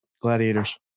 gladiators